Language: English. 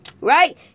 Right